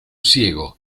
ciego